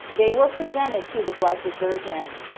they were presented to the blessed virgin.